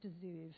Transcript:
deserve